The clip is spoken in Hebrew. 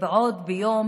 ועוד ביום